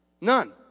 None